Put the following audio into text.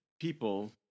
people